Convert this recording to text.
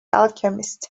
alchemist